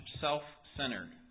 self-centered